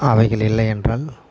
அவைகள் இல்லையென்றால்